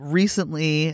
recently